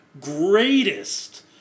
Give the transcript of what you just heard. Greatest